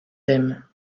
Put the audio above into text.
aime